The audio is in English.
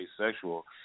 asexual